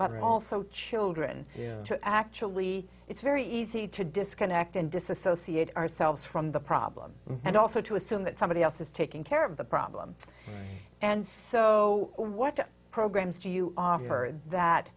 but also children to actually it's very easy to disconnect and disassociate ourselves from the problem and also to assume that somebody else is taking care of the problem and so what programs do you offer that